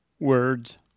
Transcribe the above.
Words